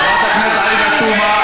חברת הכנסת עאידה תומא,